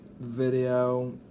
video